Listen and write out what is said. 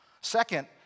Second